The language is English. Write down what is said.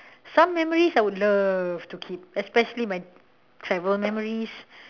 some memories I would love to keep especially my travel memories